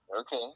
Okay